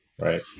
right